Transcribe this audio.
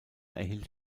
erhielt